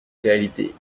réalité